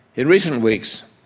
in recent weeks,